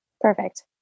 Perfect